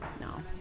No